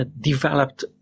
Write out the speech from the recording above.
developed